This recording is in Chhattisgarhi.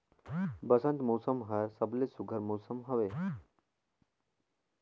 बंसत मउसम हर सबले सुग्घर मउसम हवे